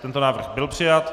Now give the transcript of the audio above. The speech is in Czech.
Tento návrh byl přijat.